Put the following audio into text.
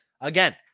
Again